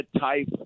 type